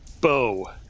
bow